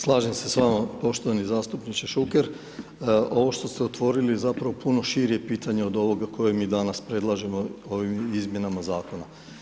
Slažem se s vama poštovani zastupniče Šuker, ovo što ste otvorili je zapravo puno šire pitanje od ovoga koje mi danas predlažemo ovim izmjenama zakona.